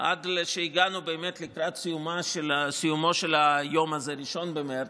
עד שהגענו באמת לקראת סיומו של היום הזה, 1 במרץ.